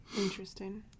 interesting